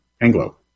Anglo